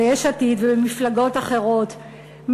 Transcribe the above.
ביש עתיד ובמפלגות אחרות,